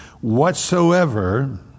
whatsoever